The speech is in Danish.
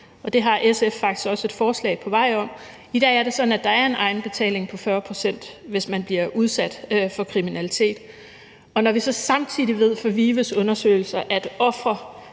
det har SF faktisk også et forslag på vej om. I dag er det sådan, at der er en egenbetaling på 40 pct., hvis man bliver udsat for kriminalitet. Og når vi så samtidig ved fra VIVE's undersøgelser, at ofre